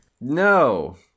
No